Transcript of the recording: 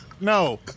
no